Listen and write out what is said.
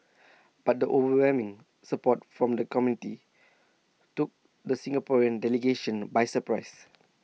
but the overwhelming support from the committee took the Singaporean delegation by surprise